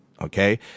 Okay